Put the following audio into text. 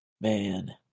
Man